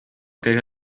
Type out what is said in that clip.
akarere